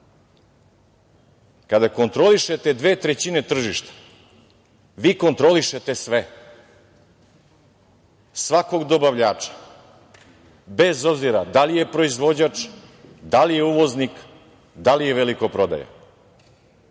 Kada kontrolišete 2/3 tržišta, vi kontrolišete sve, svakog dobavljača, bez obzira da li je proizvođač, da li je uvoznik, da li je velikoprodaja.